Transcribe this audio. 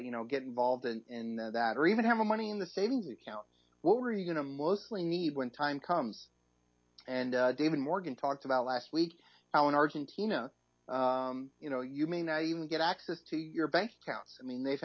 you know get involved in that or even have the money in the savings account what are you going to mostly need when time comes and david morgan talked about last week how in argentina you know you may not even get access to your bank accounts i mean they